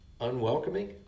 unwelcoming